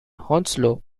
hounslow